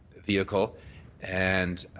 vehicle and